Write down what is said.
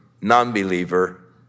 non-believer